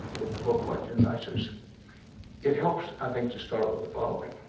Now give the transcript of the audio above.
in the book what unites us. it helps, i think, to start with the following.